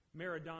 Maradona